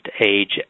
age